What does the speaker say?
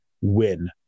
win